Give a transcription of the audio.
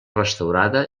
restaurada